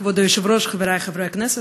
כבוד היושב-ראש, חברי חברי הכנסת,